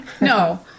no